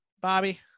Bobby